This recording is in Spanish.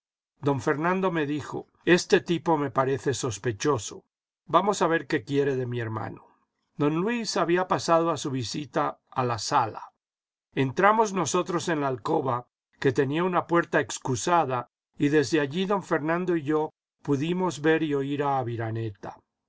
don fernando me dijo este tipo me parece sospechoso vamos a ver qué quiere de mi hermano don luis había pasado a su visita a la sala entramos nosotros en la alcoba que tenía una puerta excusada y desde allí don fernando y yo pudimos ver y oir a aviraneta